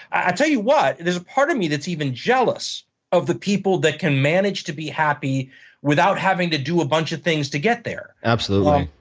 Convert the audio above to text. i'll tell you what, there's a part of me that's even jealous of the people who can manage to be happy without having to do a bunch of things to get there. absolutely,